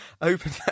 open